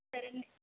సరే మేడం